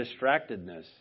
distractedness